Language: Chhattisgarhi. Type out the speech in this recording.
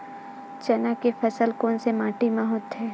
चना के फसल कोन से माटी मा होथे?